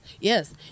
Yes